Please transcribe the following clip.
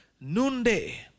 noonday